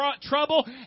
trouble